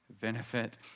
benefit